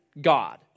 God